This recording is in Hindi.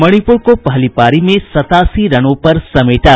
मणिपुर को पहली पारी में सत्तासी रनों पर समेटा